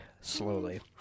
slowly